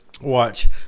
Watch